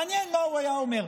מעניין מה הוא היה אומר.